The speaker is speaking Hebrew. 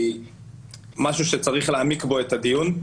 זה משהו שצריך להעמיק בו את הדיון.